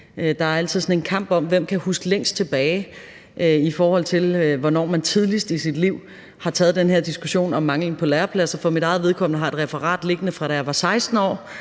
der er altid sådan en kamp om, hvem der kan huske længst tilbage, i forhold til hvornår man tidligst i sit liv har taget den her diskussion om manglen på lærepladser. For mit eget vedkommende har jeg et referat liggende, fra da jeg var 16 år,